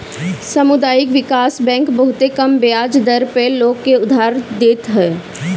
सामुदायिक विकास बैंक बहुते कम बियाज दर पअ लोग के उधार देत हअ